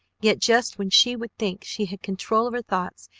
yet just when she would think she had control of her thoughts,